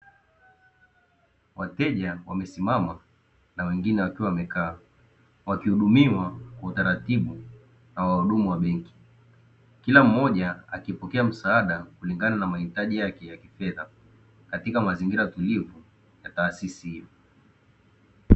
Wateja wamesimama na wengine wakiwa wamekaa, wakihudumiwa kwa utaratibu na wahudumu wa benki, kila mmoja akipokea msaada kulingana na mahitaji yake ya kifedha. Katika mazingira tulivu ya taasisi hiyo.